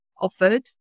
offered